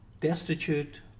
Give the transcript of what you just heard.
destitute